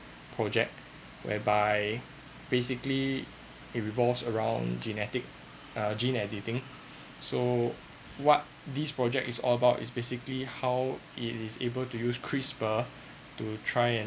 project whereby basically it revolves around genetic uh gene editing so what this project is all about is basically how it is able to use crisper to try and